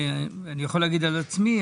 אני יכול להגיד על עצמי,